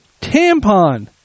tampon